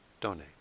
donate